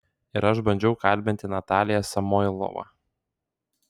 ir aš bandžiau kalbinti nataliją samoilovą